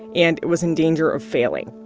and it was in danger of failing,